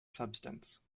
substance